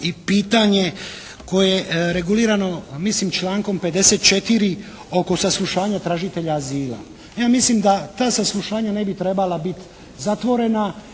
i pitanje koje je regulirano mislim člankom 54. oko saslušanja tražitelja azila. Ja mislim da ta saslušanja ne bi trebala biti zatvorena